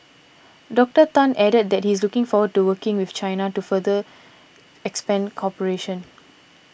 Doctor Tan added that he is looking forward to working with China to further expand cooperation